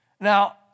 Now